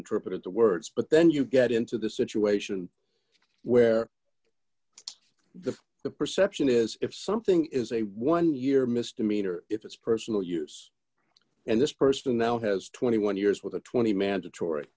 interpreted the words but then you get into the situation where the the perception is if something is a one year misdemeanor if d it's personal use and this person now has twenty one years with a twenty mandatory